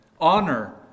Honor